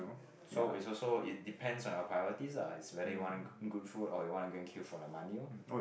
so it's also it depends on your priorities ah it's whether you want good food or you want to go and queue for the money orh